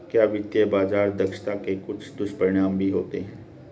क्या वित्तीय बाजार दक्षता के कुछ दुष्परिणाम भी होते हैं?